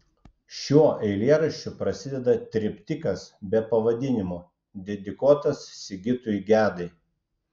šiuo eilėraščiu prasideda triptikas be pavadinimo dedikuotas sigitui gedai